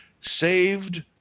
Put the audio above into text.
saved